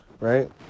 right